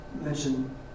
mention